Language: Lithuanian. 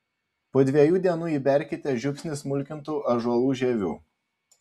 po dviejų dienų įberkite žiupsnį smulkintų ąžuolų žievių